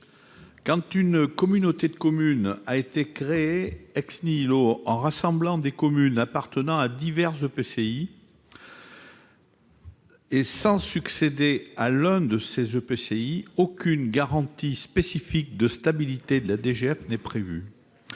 Lorsqu'une communauté de communes a été créée, lorsqu'elle rassemble, donc, des communes appartenant à divers EPCI, ceci sans succéder à l'un de ces EPCI, aucune garantie spécifique de stabilité de la DGF n'est prévue.